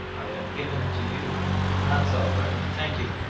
i'd have given it to you that's all right, thank you!